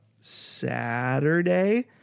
Saturday